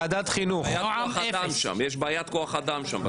יש שם בעיית כוח אדם.